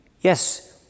Yes